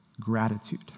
gratitude